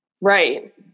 Right